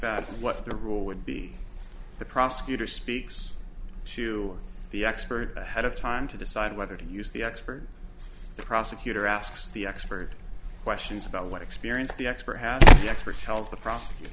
and what the rule would be the prosecutor speaks to the experts ahead of time to decide whether to use the expert the prosecutor asks the expert questions about what experience the expert has the expert tells the pro